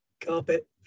Carpet